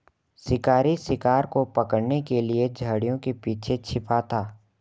शिकारी शिकार को पकड़ने के लिए झाड़ियों के पीछे छिपा था